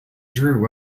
drew